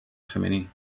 femení